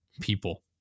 people